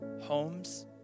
homes